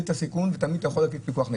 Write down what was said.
את הסיכון ותמיד אתה יכול להגיד פיקוח נפש.